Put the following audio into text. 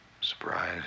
surprise